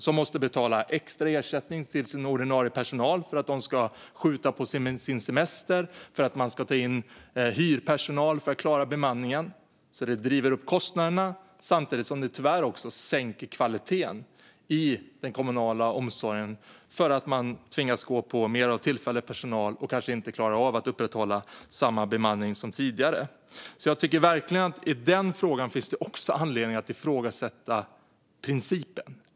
Den måste betala extra ersättning till sin ordinarie personal för att den ska skjuta på sin semester och för att ta in hyrpersonal för att klara bemanningen. Det driver upp kostnaderna samtidigt som det tyvärr sänker kvaliteten i den kommunala omsorgen eftersom man tvingas ta in mer tillfällig personal och kanske inte klarar av att upprätthålla samma bemanning som tidigare. Jag tycker verkligen att det finns anledning att ifrågasätta principen.